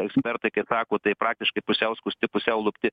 ekspertai kaip sako tai praktiškai pusiau skusti pusiau lupti